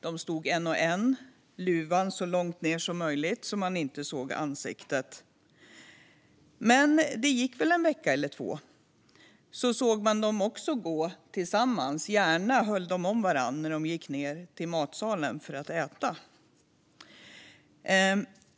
De stod en och en med luvan så långt ned som möjligt så att man inte såg ansiktet. Men efter en vecka eller två såg man dem gå tillsammans. De höll gärna om varandra när de gick ned till matsalen för att äta.